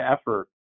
effort